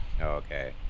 Okay